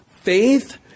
faith